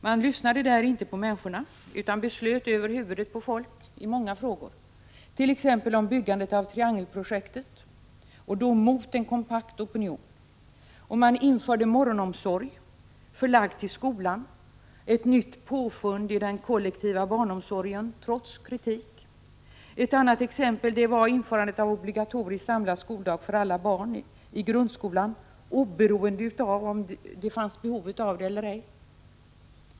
Man lyssnade där inte på människorna utan beslöt över huvudet på dem i många frågor, t.ex. om byggandet av Triangelprojektet mot en kompakt opinion. Man införde trots kritik morgonomsorg, förlagd till skolan — ett nytt påfund i den kollektiva barnomsorgen. Ett annat exempel var införandet av obligatorisk samlad skoldag för alla barn i grundskolan, oberoende av om det fanns behov av det eller ej.